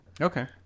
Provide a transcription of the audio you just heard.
Okay